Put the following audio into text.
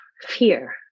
fear